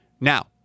Now